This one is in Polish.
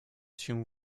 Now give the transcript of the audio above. się